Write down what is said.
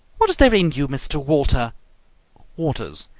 what is there in you, mr. walter waters.